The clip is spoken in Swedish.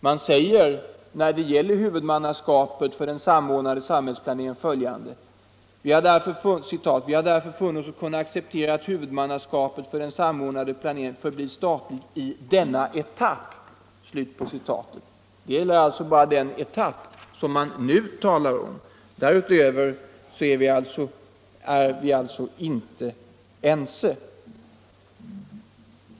Man säger när det gäller huvudmannaskapet för den samordnade samhällsplaneringen följande: ”Vi har därför funnit oss kunna acceptera att huvudmannaskapet för den samordnade samhällsplaneringen förblir statligt i denna etapp.” Det gäller alltså bara den etapp som man nu talar om. Därutöver är vi uppenbarligen inte ense.